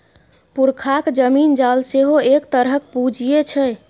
पुरखाक जमीन जाल सेहो एक तरहक पूंजीये छै